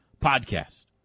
podcast